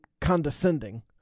condescending